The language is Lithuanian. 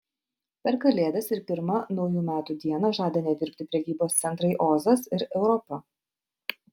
per kalėdas ir pirmą naujų metų dieną žada nedirbti prekybos centrai ozas ir europa